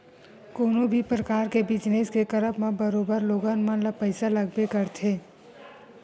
कोनो भी परकार के बिजनस के करब म बरोबर लोगन मन ल पइसा लगबे करथे